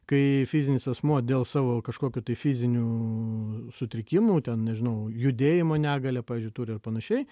kai fizinis asmuo dėl savo kažkokių tai fizinių sutrikimų ten nežinau judėjimo negalią pavyzdžiui turi ir panašiai